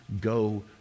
go